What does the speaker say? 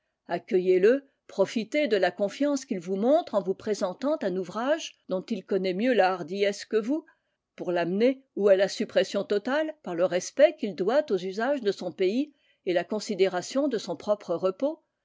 accueillez le profitez de la confiance qu'il vous montre en vous présentant un ouvrage dont il connaît mieux la hardiesse que vous pour l'amener ou à la suppression totale par le respect qu'il doit aux usages de son pays et la considération de son propre repos